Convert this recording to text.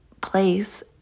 place